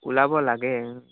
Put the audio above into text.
ওলাব লাগে